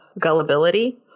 gullibility